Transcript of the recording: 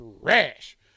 Trash